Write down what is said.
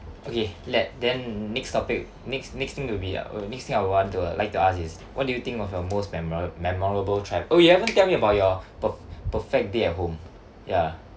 okay let then next topic next next thing will be uh next thing I would want to like to ask is what do you think of your most memora~ memorable travel oh you haven't tell me about your per~ perfect day at home ya